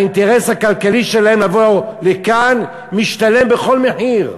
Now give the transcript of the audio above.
האינטרס הכלכלי שלהם לבוא לכאן משתלם בכל מחיר,